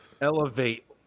elevate